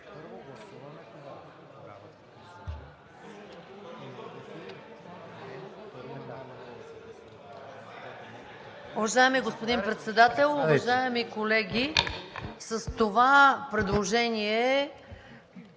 Уважаеми господин Председател, уважаеми колеги! С това предложение